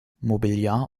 mobiliar